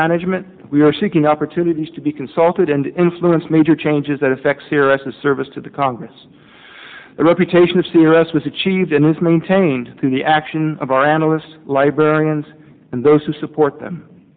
management we are seeking opportunities to be consulted and influence major changes that affects here as a service to the congress the reputation of the rest with achieved and is maintained through the action of our analysts librarians and those who support them